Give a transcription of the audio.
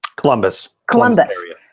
columbus columbus area.